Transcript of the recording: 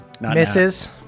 Misses